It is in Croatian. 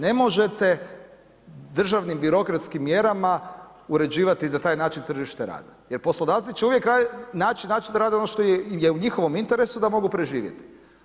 Ne možete državnim birokratskim mjerama uređivati da na taj način tržište radi jer poslodavci će uvijek naći način da rade ono što je u njihovom interesu da mogu preživjeti.